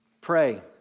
Pray